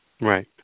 Right